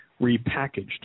repackaged